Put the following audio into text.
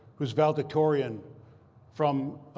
who is valedictorian from